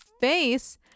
face